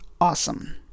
awesome